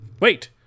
Wait